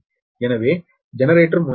எனவே ஜெனரேட்டர் முனைய மின்னழுத்தமும் 6